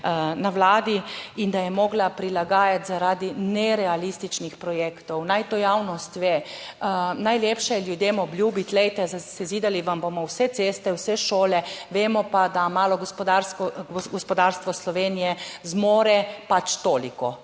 na vladi, in da je morala prilagajati zaradi nerealističnih projektov, naj to javnost ve. Najlepše je ljudem obljubiti, glejte, sezidali vam bomo vse ceste, vse šole, vemo pa, da malo gospodarsko gospodarstvo Slovenije zmore toliko